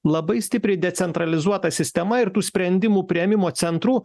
labai stipriai decentralizuota sistema ir tų sprendimų priėmimo centrų